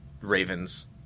ravens